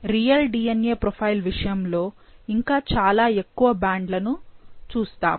real DNA profile విషయంలో ఇంకా చాలా ఎక్కువ బ్యాండ్లను చూస్తాము